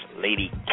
Lady